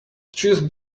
choose